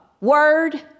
word